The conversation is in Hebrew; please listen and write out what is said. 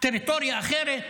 טריטוריה אחרת?